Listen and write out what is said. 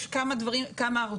יש כמה ערוצים,